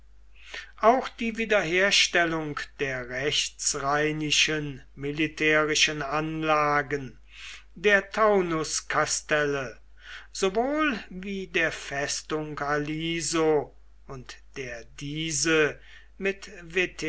auch die wiederherstellung der rechtsrheinischen militärischen anlagen der taunuskastelle sowohl wie der festung aliso und der diese mit